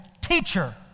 teacher